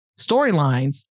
storylines